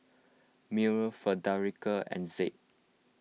Miller Frederica and Zeb